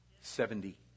Seventy